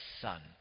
son